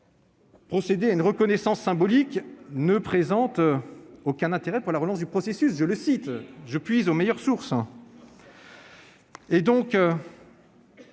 Procéder à une reconnaissance symbolique ne présente aucun intérêt pour la relance du processus, je puise aux meilleures sources